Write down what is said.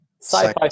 sci-fi